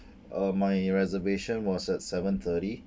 uh my reservation was at seven thirty